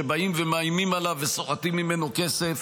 שבאים ומאיימים עליו וסוחטים ממנו כסף,